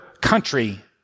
country